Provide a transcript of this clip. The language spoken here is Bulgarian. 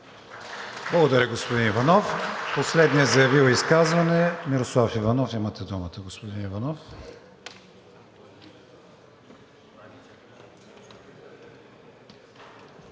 Благодаря, господин Иванов. Последният, заявил изказване, е Мирослав Иванов – имате думата.